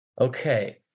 okay